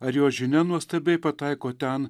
ar jo žinia nuostabiai pataiko ten